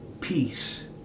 Peace